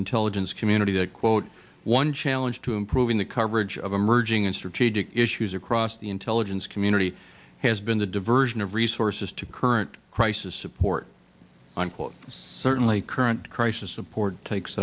intelligence community that quote one challenge to improving the coverage of emerging and strategic issues across the into legends community has been the diversion of resources to current crisis support unquote certainly current crisis support